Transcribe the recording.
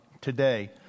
today